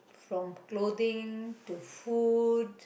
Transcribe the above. from clothing to food